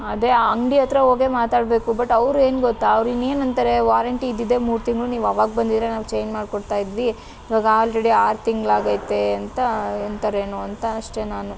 ಅದೇ ಆ ಅಂಗ್ಡಿಯತ್ರ ಹೋಗೇ ಮಾತಾಡಬೇಕು ಬಟ್ ಅವರು ಏನು ಗೊತ್ತಾ ಅವರಿನ್ನೇನು ಅಂತಾರೆ ವಾರಂಟಿ ಇದ್ದಿದ್ದೇ ಮೂರು ತಿಂಗಳು ನೀವು ಆವಾಗ ಬಂದಿದ್ದರೆ ನಾವು ಚೇಂಜ್ ಮಾಡಿ ಕೊಡ್ತಾ ಇದ್ವಿ ಈವಾಗ ಆಲ್ರೆಡಿ ಆರು ತಿಂಗಳು ಆಗೈತೆ ಅಂತ ಎಂತರೇನೊ ಅಂತ ಅಷ್ಟೆ ನಾನು